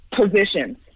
positions